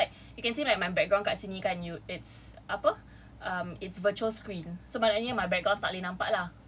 select you can see like my background kat sini kan you it's apa um it's virtual screen so maknanya my background takleh nampak lah